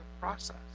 process